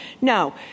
No